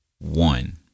One